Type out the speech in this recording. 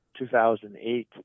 2008